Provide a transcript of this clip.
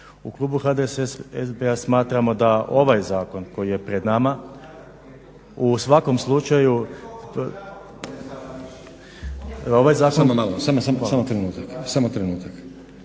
U klubu HDSSB-a smatramo da ovaj zakon koji je pred nama u svakom slučaju. **Stazić, Nenad